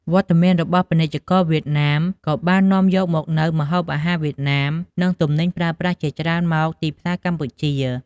វត្តមានរបស់ពាណិជ្ជករវៀតណាមក៏បាននាំយកនូវម្ហូបអាហារវៀតណាមនិងទំនិញប្រើប្រាស់ជាច្រើនមកទីផ្សារកម្ពុជា។